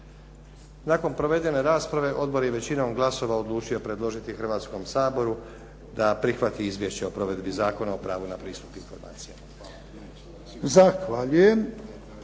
Nakon provedene rasprave odbor je većinom glasova odlučio predložiti Hrvatskom saboru da prihvati Izvješće o provedbi Zakona o pravu na pristup informacijama.